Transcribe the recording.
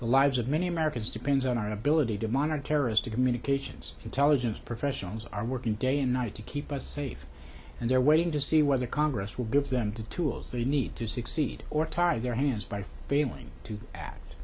the lives of many americans depends on our ability to monitor terrorist a communications intelligence professionals are working day and night to keep us safe and they're waiting to see whether congress will give them to tools they need to succeed or tie their hands by failing to act